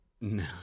No